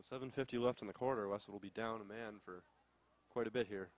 seven fifty left in the corner of us will be down a man for quite a bit here